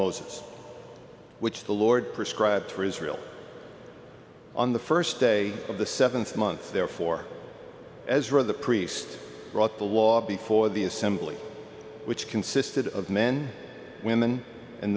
moses which the lord prescribed for israel on the st day of the th month therefore as read the priest brought the law before the assembly which consisted of men women and